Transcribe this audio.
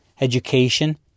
education